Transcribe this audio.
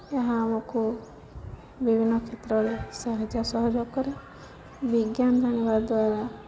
ଏହା ଆମକୁ ବିଭିନ୍ନ କ୍ଷେତ୍ରରେ ସାହାଯ୍ୟ ସହଯୋଗ କରେ ବିଜ୍ଞାନ ଜାଣିବା ଦ୍ୱାରା